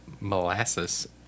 molasses